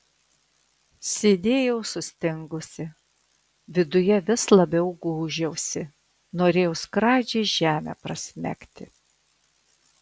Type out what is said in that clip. sėdėjau sustingusi viduje vis labiau gūžiausi norėjau skradžiai žemę prasmegti